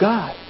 God